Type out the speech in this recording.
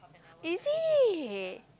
is it